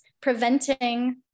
preventing